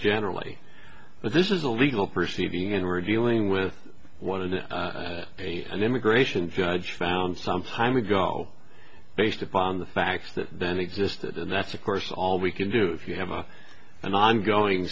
generally but this is a legal proceeding and we're dealing with want to be an immigration judge found some time ago based upon the facts that then existed and that's of course all we can do if you have a an ongoing